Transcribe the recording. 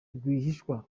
rwihishwa